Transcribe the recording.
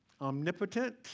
omnipotent